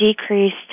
decreased